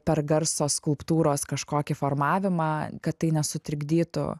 per garso skulptūros kažkokį formavimą kad tai nesutrikdytų